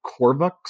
Korvux